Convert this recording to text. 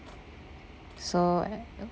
so I